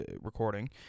recording